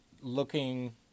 looking